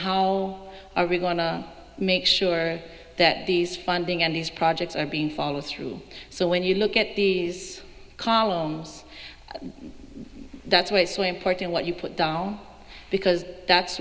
how are we going to make sure that these funding and these projects are being followed through so when you look at the columns that's why it's so important what you put down because that's